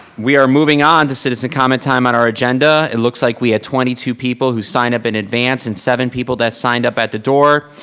we are moving on to citizen comment time on our agenda. it looks like we had twenty two people who sign up in advance and seven people that signed up at the door.